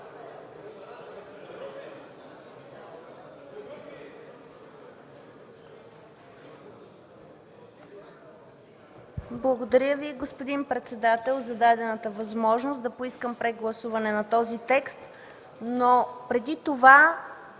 Благодаря Ви, господин председател, за дадената възможност да поискам прегласуване на този текст. Но преди това